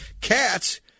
Cats